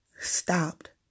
stopped